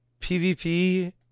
pvp